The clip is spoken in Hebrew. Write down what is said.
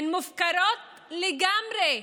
הן מופקרות לגמרי.